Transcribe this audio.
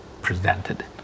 presented